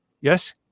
Yes